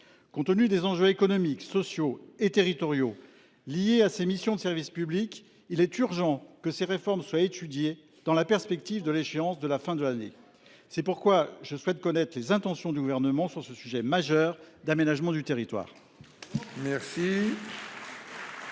Compte tenu des enjeux économiques, sociaux et territoriaux de ces missions de services publics, il est urgent que ces réformes fassent l’objet d’une réflexion dans la perspective de l’échéance de la fin de l’année. C’est pourquoi je souhaite connaître les intentions du Gouvernement sur ce sujet majeur d’aménagement du territoire.